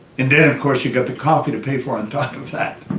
and of course, you've got the coffee to pay for, on top of that.